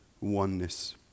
oneness